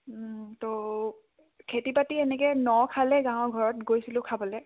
তো খেতি বাতি এনেকৈ ন খালে গাঁৱৰ ঘৰত গৈছিলোঁ খাবলৈ